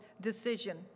decision